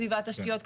סביבת תשתיות,